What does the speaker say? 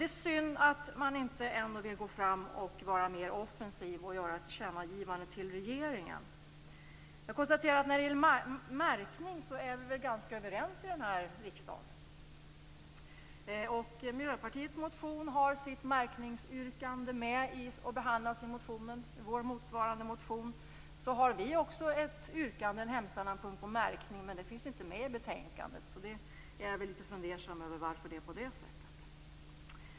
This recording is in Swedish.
Det är synd att man i andra partier ändå inte vill gå fram och vara litet mer offensiv och göra ett tillkännagivande till regeringen. När det gäller märkning är vi ganska överens i den här riksdagen. Miljöpartiet har i sin motion ett yrkande om märkning. Vi har också i vår motion ett yrkande om märkning, men det finns inte med i betänkandet, och jag är litet fundersam över varför det är på det sättet.